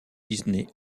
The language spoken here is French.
disney